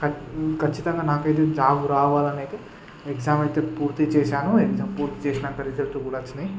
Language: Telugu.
ఖచ్చితంగా నాకయితే జాబ్ రావాలనయితే ఎగ్జామ్ అయితే పూర్తి చేశాను ఎగ్జాం పూర్తి చేసినంక రిజల్ట్ కూడా వచ్చినాయి